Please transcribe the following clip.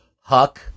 Huck